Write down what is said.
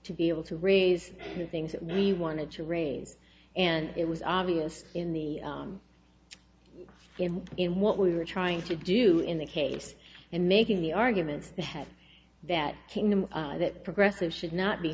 to be able to raise the things that we wanted to raise and it was obvious in the game in what we were trying to do in the case and making the argument ahead that kingdom that progressive should not be